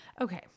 Okay